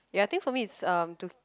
ya I think for me it's um to